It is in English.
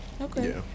Okay